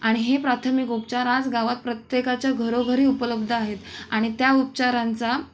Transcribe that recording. आणि हे प्राथमिक उपचार आज गावात प्रत्येकाच्या घरोघरी उपलब्ध आहेत आणि त्या उपचारांचा